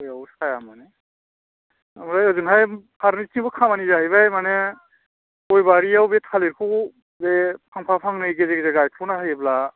गयाव साया मोनो आमफ्राय ओजोंहाय फारनैथिंबो खामानि जाहैबाय मानि गयबारियाव बे थालिरखौ बे फांफा फांनै गेजेर गेजेर गायस'ना होयोब्ला